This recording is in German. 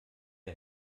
der